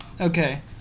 Okay